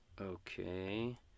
Okay